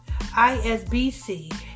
ISBC